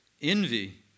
envy